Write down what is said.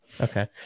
Okay